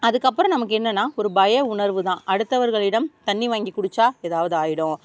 அதுக்கப்புறம் நமக்கு என்னன்னால் ஒரு பய உணர்வு தான் அடுத்தவர்களிடம் தண்ணி வாங்கி குடித்தா எதாவது ஆகிடும்